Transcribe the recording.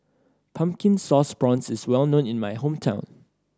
Pumpkin Sauce Prawns is well known in my hometown